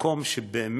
מקום שהוא באמת